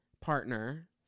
partner